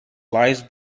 lies